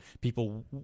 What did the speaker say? people